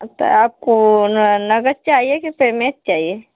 ता आपको ना नगद चाहिए कि पेमेट चाहिए